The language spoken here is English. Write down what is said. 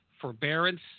forbearance